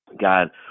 God